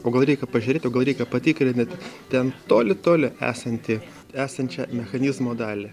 o gal reikia pažiūrėti o gal reikia patikrint net ten toli toli esantį esančią mechanizmo dalį